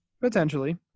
Potentially